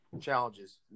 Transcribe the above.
Challenges